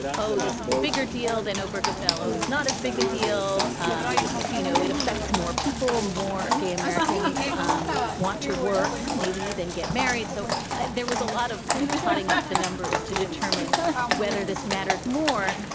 oh, this is a bigger deal than oberg, a fellow. it's not as big a deal. um you know, it affects more people, more gay americans um want to work maybe than get married. so there was a lot of kind of totting up the numbers to determine whether this mattered more.